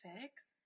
fix